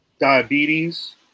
diabetes